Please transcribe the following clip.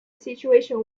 situation